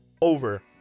over